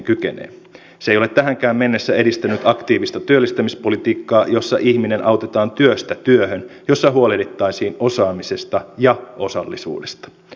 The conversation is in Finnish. se ei ole tähänkään mennessä edistänyt aktiivista työllistämispolitiikkaa jossa ihminen autetaan työstä työhön jossa huolehdittaisiin osaamisesta ja osallisuudesta